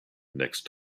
next